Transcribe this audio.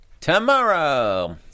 tomorrow